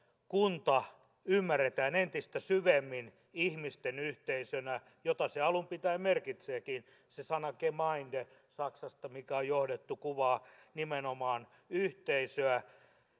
kunta ymmärretään entistä syvemmin ihmisten yhteisönä jota se alun pitäen merkitseekin sana gemeinde mikä on johdettu saksasta kuvaa nimenomaan yhteisöä